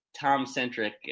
Tom-centric